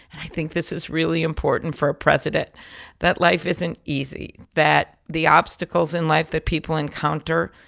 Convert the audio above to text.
and i think this is really important for a president that life isn't easy, that the obstacles in life that people encounter,